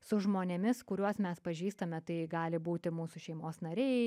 su žmonėmis kuriuos mes pažįstame tai gali būti mūsų šeimos nariai